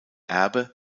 erbe